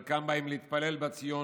חלקם באים להתפלל בציון,